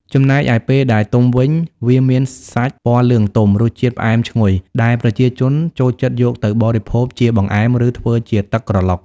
ចំណែកឯពេលដែលទុំវិញ វាមានសាច់ពណ៌លឿងទុំ រសជាតិផ្អែមឈ្ងុយ ដែលប្រជាជនចូលចិត្តយកទៅបរិភោគជាបង្អែម ឬធ្វើជាទឹកក្រឡុក។